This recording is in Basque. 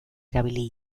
erabili